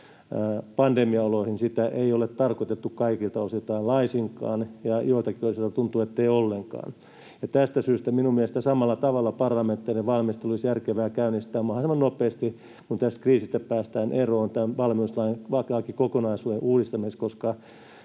pandemiaoloihin sitä ei ole tarkoitettu kaikilta osiltaan laisinkaan, ja joiltakin osilta tuntuu, ettei ollenkaan. Ja tästä syystä minun mielestäni samalla tavalla olisi järkevää käynnistää mahdollisimman nopeasti parlamentaarinen valmistelu — kun tästä kriisistä päästään eroon — tämän valmiuslain kokonaisuuden uudistamiseksi, koska